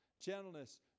gentleness